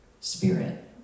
spirit